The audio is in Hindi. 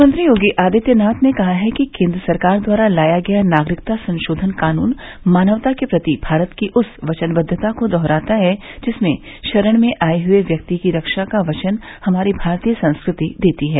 मुख्यमंत्री योगी आदित्यनाथ ने कहा है कि केंद्र सरकार द्वारा लाया गया नागरिकता संशोधन कानून मानवता के प्रति भारत की उस वचनबद्वता को दोहराता है जिसमें शरण में आए हुए व्यक्ति की रक्षा का वचन हमारी भारतीय संस्कृति देती है